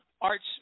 ARTS